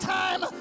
time